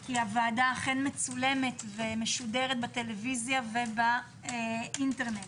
כי הוועדה אכן מצולמת ומשודרת בטלוויזיה ובאינטרנט.